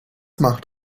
macht